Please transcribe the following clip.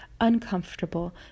uncomfortable